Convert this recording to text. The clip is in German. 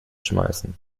schmeißen